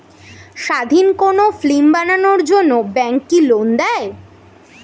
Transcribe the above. স্বাধীন কোনো ফিল্ম বানানোর জন্য ব্যাঙ্ক কি লোন দেয়?